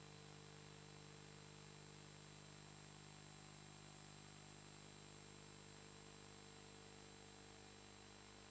Grazie